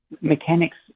Mechanics